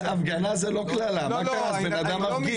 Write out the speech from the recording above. הפגנה זאת לא קללה, מה קרה, בן אדם מפגין.